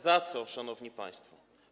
Za co, szanowni państwo?